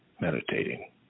meditating